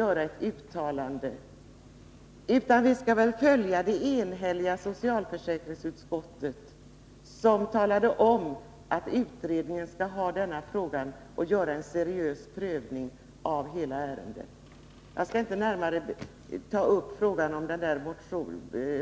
Jag förutsätter att vi skall följa ett enhälligt socialförsäkringsutskott, enligt vilket utredningen skall handlägga frågan och göra en seriös prövning av hela ärendet. Jag skall inte närmare gå in på